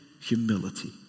humility